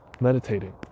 meditating